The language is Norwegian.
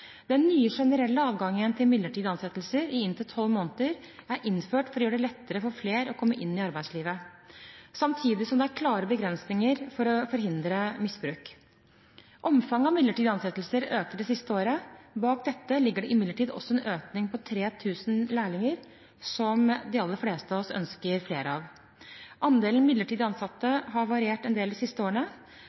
Den nye generelle adgangen til midlertidige ansettelser i inntil tolv måneder er innført for å gjøre det lettere for flere å komme inn i arbeidslivet, samtidig som det er klare begrensninger for å forhindre misbruk. Omfanget av midlertidige ansettelser økte det siste året. Bak dette ligger det imidlertid også en økning på 3 000 lærlinger, som de aller fleste av oss ønsker flere av. Andelen midlertidig ansatte har variert en del de siste årene.